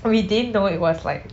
we didn't know it was like